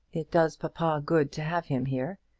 it does papa good to have him here,